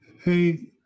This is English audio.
Hey